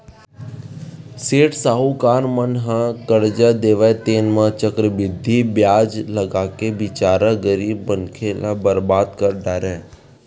सेठ साहूकार मन ह करजा देवय तेन म चक्रबृद्धि बियाज लगाके बिचारा गरीब मनखे ल बरबाद कर डारय